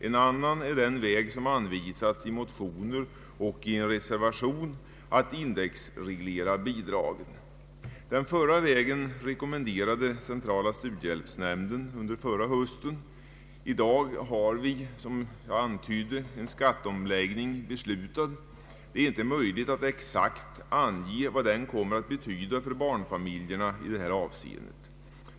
En annan är den väg som har anvisats i motioner och i en reservation, nämligen att indexreglera bidragen. Den förra vägen rekommenderade centrala studiehjälpsnämnden under förra hösten. I dag har vi som jag tidigare antydde en skatteomläggning beslutad. Det är inte möjligt att exakt ange vad den kommer att betyda för barnfamiljerna i detta avseende.